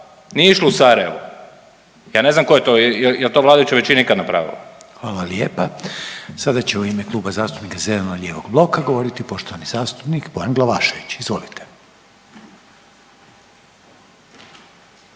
Nije išlo u Sarajevo. Ja ne znam tko je to, jel' to vladajuća većina ikada napravila? **Reiner, Željko (HDZ)** Hvala lijepa. Sada će u ime Kluba zastupnika zeleno-lijevog bloka govoriti poštovani zastupnik Bojan Glavašević. Izvolite.